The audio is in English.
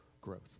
growth